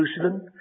Jerusalem